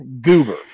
goober